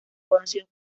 conocidos